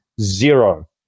Zero